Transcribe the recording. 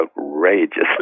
outrageously